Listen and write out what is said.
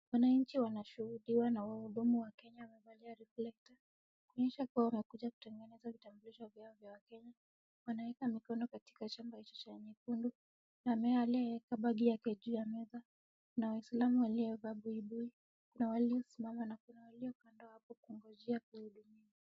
Wananchi wanashuhudiwa na wahudumu wa Kenya wamevalia reflector kuonyesha kuwa wamekuja kutengeneza vitambulisho vyao vya wakenya, wanaeka mikono katika chombo hicho cha nyekundu. Kuna ambaye aliyeeka begi yake juu ya meza, kuna waislamu waliovaa buibui, kuna waliosimama na kuna walio kando hapo kungojwa kuhudumiwa.